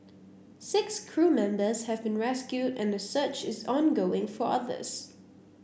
six crew members have been rescued and a search is ongoing for others